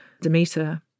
Demeter